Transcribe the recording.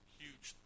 huge